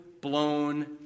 blown